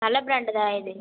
நல்ல ப்ராண்ட்டு தான் இது